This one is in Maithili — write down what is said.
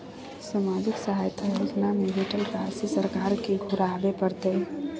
सामाजिक सहायता योजना में भेटल राशि सरकार के घुराबै परतै?